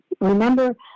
remember